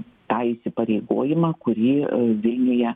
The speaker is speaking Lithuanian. tą įsipareigojimą kurį vilniuje